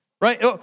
Right